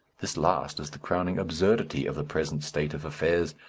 this last is the crowning absurdity of the present state of affairs,